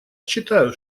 считаю